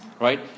Right